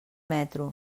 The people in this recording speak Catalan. metro